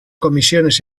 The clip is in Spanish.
comisiones